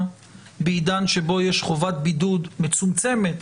בעידן שבו יש חובת בידוד מצומצמת,